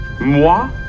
moi